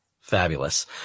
Fabulous